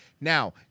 Now